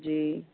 جی